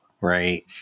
Right